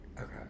Okay